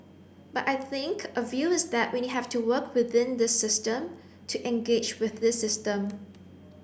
but I think a view is that we have to work within this system to engage with this system